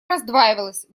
раздваивалась